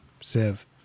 sieve